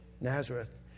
Nazareth